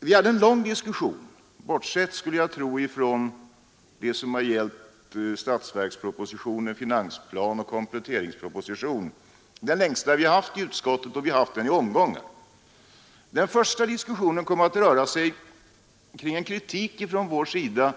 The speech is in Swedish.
Vi hade en lång diskussion — jag skulle tro att det var den längsta vi haft i utskottet, bortsett från de diskussioner som gällt statsverkspropositionen, finansplanen och kompletteringspropositionen — och vi förde den i omgångar. Den första omgången kom att röra sig kring en kritik från vår sida